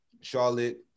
Charlotte